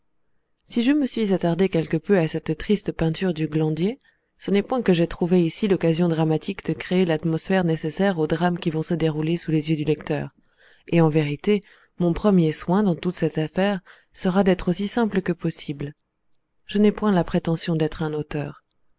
si je me suis attardé quelque peu à cette triste peinture du glandier ce n'est point que j'ai trouvé ici l'occasion dramatique de créer l'atmosphère nécessaire aux drames qui vont se dérouler sous les yeux du lecteur et en vérité mon premier soin dans toute cette affaire sera d'être aussi simple que possible je n'ai point la prétention d'être un auteur